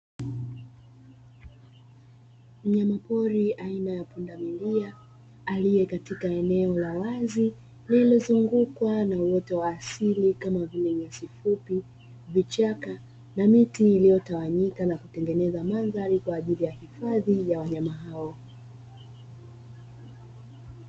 Mnyamapori aina ya pundamilia aliye katika eneo la wazi, lililozungukwa na uoto wa asili kama vile: nyasi fupi, vichaka na miti iliyotawanyika; na kutengeneza mandhari kwa ajili ya hifadhi ya wanyamapori.